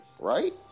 right